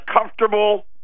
comfortable